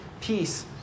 peace